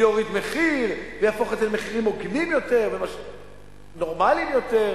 ויוריד מחיר ויהפוך את זה למחירים הוגנים יותר ונורמליים יותר.